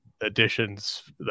additions